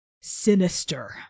Sinister